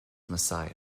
messiah